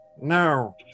No